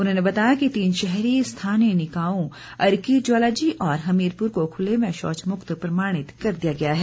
उन्होंने बताया कि तीन शहरी स्थानीय निकायों अर्की ज्वालाजी और हमीरपुर को खुले में शौच मुक्त प्रमाणित कर दिया गया है